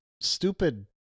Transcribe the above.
stupid